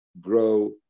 grow